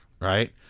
Right